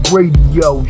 Radio